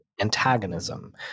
antagonism